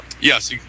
Yes